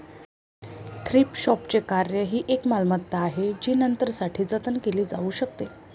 thrift शॉपचे कार्य ही एक मालमत्ता आहे जी नंतरसाठी जतन केली जाऊ शकते